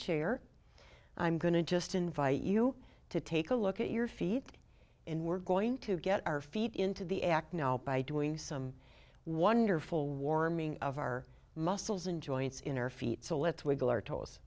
chair i'm going to just invite you to take a look at your feet and we're going to get our feet into the act now by doing some wonderful warming of our muscles and joints in our feet so let's wiggle our toes